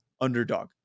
Underdog